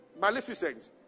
maleficent